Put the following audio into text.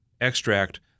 extract